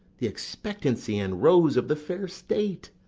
the expectancy and rose of the fair state,